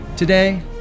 Today